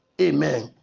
Amen